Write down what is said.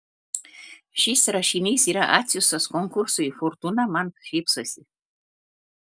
šis rašinys yra atsiųstas konkursui fortūna man šypsosi